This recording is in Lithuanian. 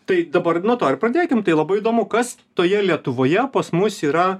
tai dabar nuo to ir pradėkim tai labai įdomu kas toje lietuvoje pas mus yra